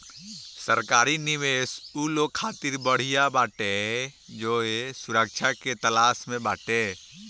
सरकारी निवेश उ लोग खातिर बढ़िया बाटे जे सुरक्षा के तलाश में बाटे